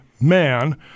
man